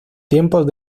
tiempos